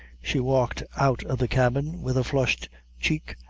she walked out of the cabin with a flushed check,